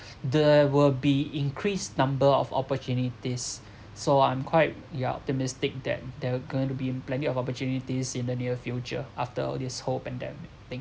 there will be increased number of opportunities so I'm quite ya optimistic that they're going to be in plenty of opportunities in the near future after all this whole pandemic thing